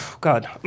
God